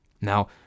Now